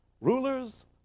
rulers